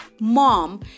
mom